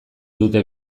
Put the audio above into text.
dute